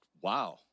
Wow